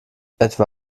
etwa